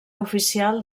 oficial